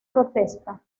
protesta